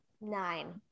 Nine